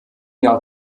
jahr